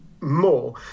More